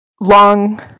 long